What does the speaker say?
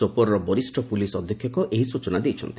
ସୋପରର ବରିଷ୍ଠ ପୁଲିସ୍ ଅଧିକ୍ଷକ ଏହି ସୂଚନା ଦେଇଛନ୍ତି